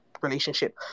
relationship